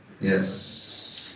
Yes